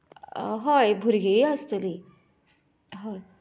आ हय भुरगींय आसतली हय